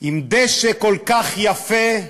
עם דשא כל כך יפה,